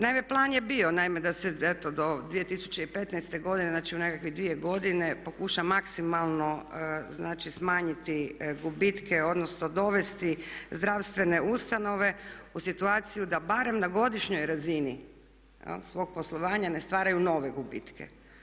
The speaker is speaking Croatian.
Naime, plan je bio, naime da se eto do 2015. godine, znači u nekakve dvije godine pokuša maksimalno znači smanjiti gubitke, odnosno dovesti zdravstvene ustanove u situaciju da barem na godišnjoj razini svog poslovanja ne stvaraju nove gubitke.